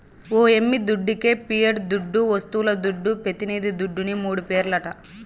ఓ యమ్మీ దుడ్డికే పియట్ దుడ్డు, వస్తువుల దుడ్డు, పెతినిది దుడ్డుని మూడు పేర్లట